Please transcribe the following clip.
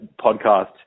podcast